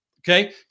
Okay